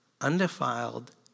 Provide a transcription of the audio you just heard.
undefiled